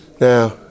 Now